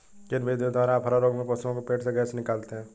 किन विधियों द्वारा अफारा रोग में पशुओं के पेट से गैस निकालते हैं?